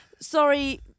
Sorry